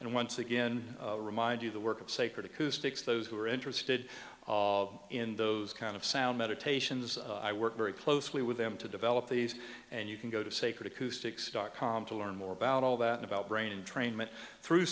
and once again remind you the work of sacred acoustics those who are interested in those kind of sound meditations i work very closely with them to develop these and you can go to sacred acoustics dot com to learn more about all that about brain trainmen through